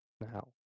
now